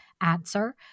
answer